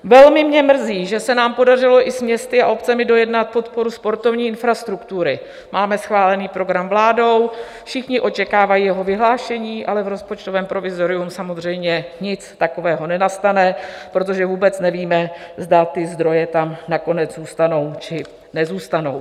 Velmi mě mrzí, že se nám podařilo i s městy a obcemi dojednat podporu sportovní infrastruktury, máme schválený program vládou, všichni očekávají jeho vyhlášení, ale v rozpočtovém provizoriu samozřejmě nic takového nenastane, protože vůbec nevíme, zda ty zdroje tam nakonec zůstanou, či nezůstanou.